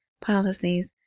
policies